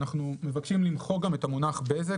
אנחנו מבקשים למחוק גם את המונח "בזק".